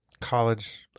college